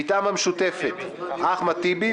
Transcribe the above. מטעם המשותפת אחמד טיבי,